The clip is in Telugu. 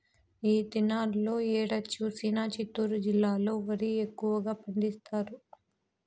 ఈ దినాల్లో ఏడ చూసినా చిత్తూరు జిల్లాలో వరి ఎక్కువగా పండిస్తారు